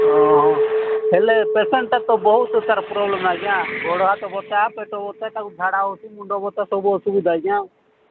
ହଁ ହେଲେ ପେସେଣ୍ଟଟା ତ ବହୁତ ତାର ପ୍ରୋବ୍ଲେମ୍ ଆଜ୍ଞା ଗୋଡ଼ ହାତ ବଥା ପେଟ ବଥା ତାକୁ ଝାଡ଼ା ହେଉଛି ମୁଣ୍ଡ ବ୍ୟଥା ସବୁ ଅସୁବିଧା ହୋଇ ଯିବ ଆଜ୍ଞା